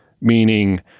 meaning